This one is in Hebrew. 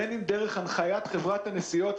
בין אם דרך הנחיית חברת הנסיעות.